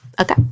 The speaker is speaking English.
Okay